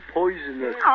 poisonous